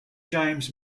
james